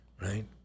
right